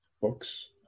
books